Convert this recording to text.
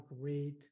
great